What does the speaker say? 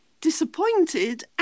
disappointed